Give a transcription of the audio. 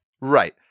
Right